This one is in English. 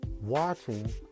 watching